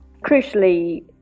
Crucially